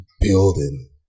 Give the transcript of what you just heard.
building